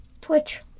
twitch